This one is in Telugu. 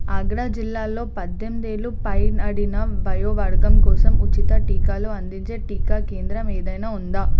ఆగ్రా జిల్లాల్లో పద్దెనిమిది ఏళ్ళు పైనడిన వయోవర్గం కోసం ఉచిత టీకాలు అందించే టీకా కేంద్రం ఏదైనా ఉందా